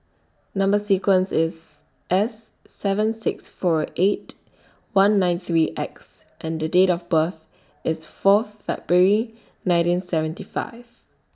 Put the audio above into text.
Number sequence IS S seven six four eight one nine three X and Date of birth IS Fourth February nineteen seventy five